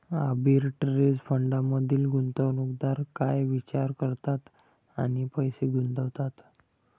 Arbitrage फंडांमधील गुंतवणूकदार काय विचार करतात आणि पैसे गुंतवतात?